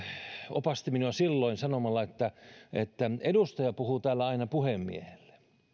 opasti minua silloin sanomalla että että edustaja puhuu täällä aina puhemiehelle